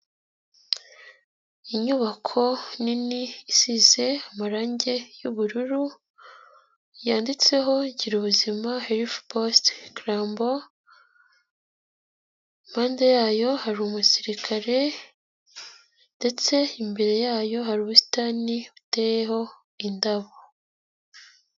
Inyubako nini isize amarange y'ubururu, yanditseho gira ubuzima herufu posite i Karambo, impande yayo hari umusirikare ndetse imbere yayo hari ubusitani buteyeho indabo.